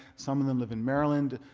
some of them live in maryland.